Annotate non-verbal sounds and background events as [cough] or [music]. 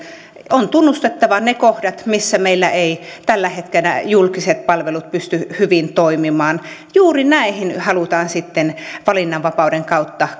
on tunnustettava ne kohdat missä meillä eivät tällä hetkellä julkiset palvelut pysty hyvin toimimaan juuri näihin halutaan sitten valinnanvapauden kautta [unintelligible]